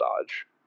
dodge